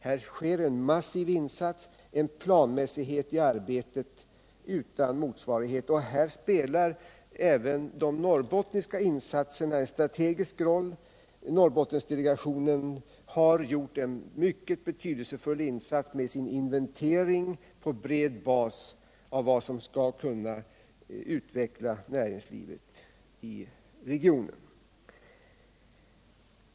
Man gör en massiv insats, med en planmässighet i arbetet utan motsvarighet, och här spelar även de norrbottniska insatserna en strategisk roll. Norrbottensdelegationen har gjort en mycket betydelsefull insats med sin inventering på bred bas av vad som skall kunna utveckla näringslivet i regionen.